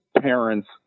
parents